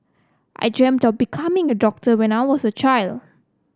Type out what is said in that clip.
I dreamt of becoming a doctor when I was a child